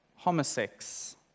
homosex